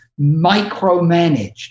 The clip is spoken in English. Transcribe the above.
micromanaged